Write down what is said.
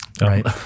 Right